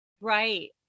Right